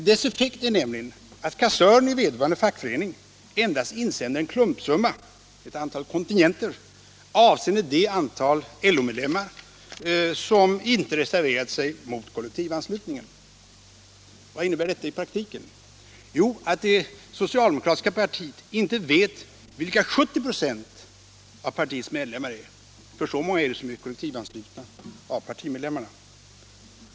Dess effekt är nämligen att kassören i vederbörande fackförening endast insänder en klumpsumma, ett antal kontingenter, avseende det antal LO-medlemmar som inte reserverat sig mot kollektivanslutningen. Vad innebär detta i praktiken? Jo, att det socialdemokratiska partiet inte vet vilka 70 26 av partiets medlemmar är — för så många av partimedlemmarna är det som är kollektivanslutna.